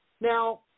Now